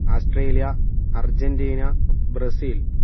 Australia Argentina Brazil